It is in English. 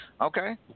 okay